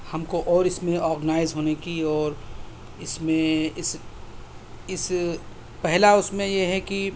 ہم کو اور اِس میں آرگنائز ہونے کی اور اِس میں اِس اِس پہلا اُس میں یہ ہے کہ